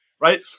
right